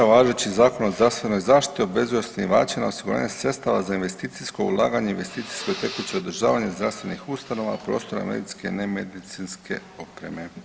Važeći Zakon o zdravstvenoj zaštiti obvezuje osnivače na osiguranje sredstava za investicijsko ulaganje, investicijsko i tekuće održavanje zdravstvenih ustanova, prostora medicinske, nemedicinske opreme.